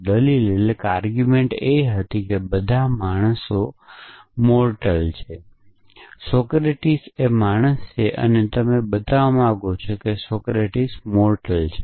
દલીલ એ હતી કે બધા માણસો મોરટલ છે સોક્રેટીક એ માણસ છે અને તમે બતાવવા માંગો છો કે સોક્રેટિક મોરટલ છે